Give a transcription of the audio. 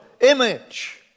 image